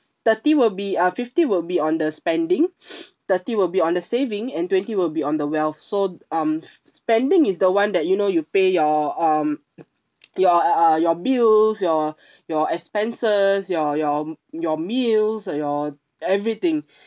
thirty will be uh fifty will be on the spending thirty will be on the saving and twenty will be on the wealth so um spending is the one that you know you pay your um your uh uh your bills your your expenses your your your meals or your everything